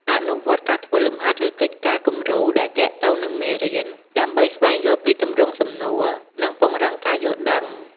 អនុវត្តការធ្វើលំហាត់ ឬកិច្ចការគំរូដែលទាក់ទងនឹងមេរៀន ដើម្បីស្វែងយល់ពីទម្រង់សំណួរ និងពង្រឹងការយល់ដឹង។